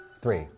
Three